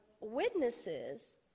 witnesses